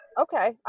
Okay